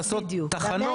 לעשות תחנות.